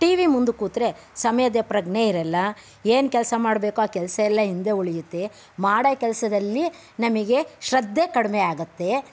T V ಮುಂದೆ ಕೂತರೆ ಸಮಯದ ಪ್ರಜ್ಞೆ ಇರಲ್ಲ ಏನು ಕೆಲಸ ಮಾಡಬೇಕು ಆ ಕೆಲಸ ಎಲ್ಲ ಹಿಂದೆ ಉಳಿಯುತ್ತೆ ಮಾಡೋ ಕೆಲಸದಲ್ಲಿ ನಮಗೆ ಶ್ರದ್ಧೆ ಕಡಿಮೆಯಾಗತ್ತೆ